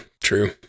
true